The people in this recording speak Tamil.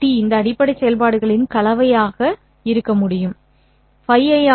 இந்த அடிப்படை செயல்பாடுகளின் கலவையாக இதை விரிவாக்க முடியும் ϕi